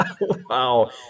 Wow